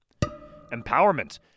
Empowerment